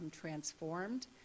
transformed